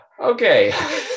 okay